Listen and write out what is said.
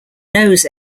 knows